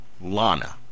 Lana